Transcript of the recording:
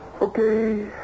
Okay